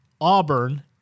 Auburn